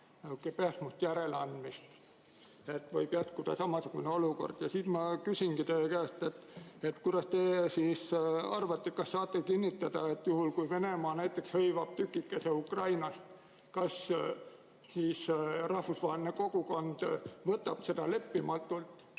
pehmet järeleandmist. Võib jätkuda samasugune olukord. Ma küsingi teie käest: mida te arvate, kas te saate kinnitada, juhul kui Venemaa näiteks hõivab tükikese Ukrainast, et siis rahvusvaheline kogukond võtab seda leppimatult